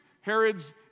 Herods